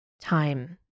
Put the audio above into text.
time